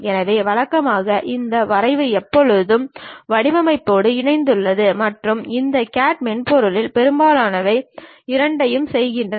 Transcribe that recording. எனவே வழக்கமாக இந்த வரைவு எப்போதுமே வடிவமைப்போடு இணைக்கப்பட்டுள்ளது மற்றும் இந்த CAT மென்பொருளில் பெரும்பாலானவை இரண்டையும் செய்கின்றன